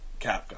Capcom